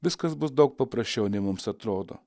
viskas bus daug paprasčiau nei mums atrodo